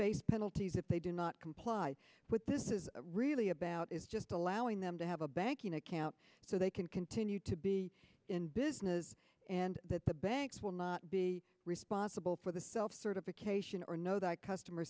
face penalties if they do not comply with this is really about is just allowing them to have a banking account so they can continue to be in business and that the banks will not be responsible for the self certification or know that customer